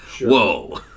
Whoa